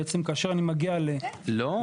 כאשר אני מגיע לחריגה --- לא,